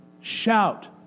shout